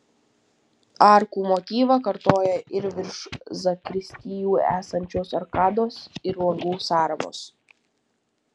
arkų motyvą kartoja ir virš zakristijų esančios arkados ir langų sąramos